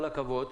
כל הכבוד.